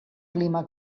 clima